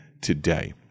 today